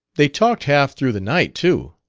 they talked half through the night, too,